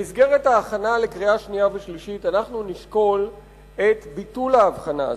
במסגרת ההכנה לקריאה שנייה ושלישית אנחנו נשקול את ביטול ההבחנה הזאת.